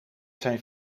zijn